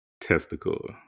testicle